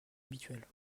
habituel